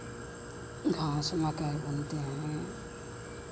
घास मकइ बुनते हैं